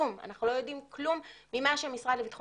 אנחנו לא יודעים כלום ממה שהמשרד לביטחון